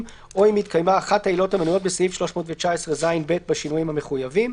או אם התקיימה אחת העילות המנויות בסעיף 319ז(ב) בשינויים המחויבים.